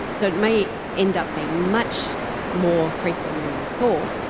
so it may end up being much more frequent than we thought.